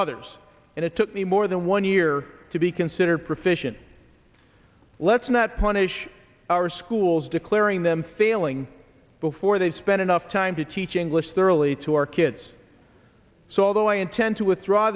others and it took me more than one year to be considered proficient let's not punish our schools declaring them failing before they spend enough time to teach english thoroughly to our kids so although i intend to withdraw